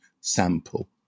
sample